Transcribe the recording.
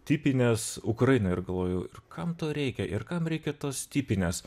tipinės ukrainoj ir galvoju ir kam to reikia ir kam reikia tos tipinės